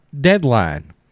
Deadline